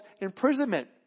imprisonment